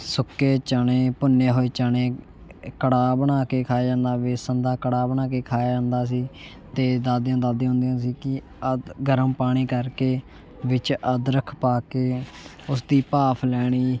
ਸੁੱਕੇ ਚਣੇ ਭੁੰਨੇ ਹੋਏ ਚਣੇ ਕੜਾਹ ਬਣਾ ਕੇ ਖਾਇਆ ਜਾਂਦਾ ਬੇਸਣ ਦਾ ਕੜਾਹ ਬਣਾ ਕੇ ਖਾਇਆ ਜਾਂਦਾ ਸੀ ਅਤੇ ਦਾਦੀਆਂ ਦੱਸਦੀਆਂ ਹੁੰਦੀਆਂ ਸੀ ਕਿ ਗਰਮ ਪਾਣੀ ਕਰਕੇ ਵਿੱਚ ਅਦਰਕ ਪਾ ਕੇ ਉਸ ਦੀ ਭਾਫ਼ ਲੈਣੀ